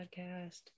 podcast